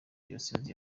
diyosezi